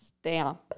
Stamp